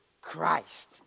Christ